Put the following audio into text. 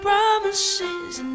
Promises